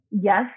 yes